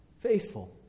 faithful